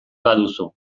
baduzu